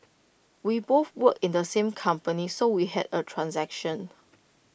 we both work in the same company so we had A transaction